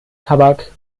tabak